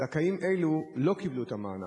זכאים אלו לא קיבלו את המענק.